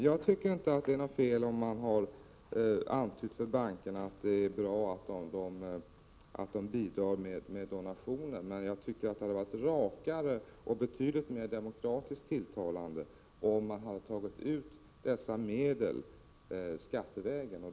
Jag tycker inte att det är fel att antyda för bankerna att det är bra att de bidrar med donationer, men det hade varit rakare och betydligt mer demokratiskt tilltalande om dessa medel hade tagits ut skattevägen.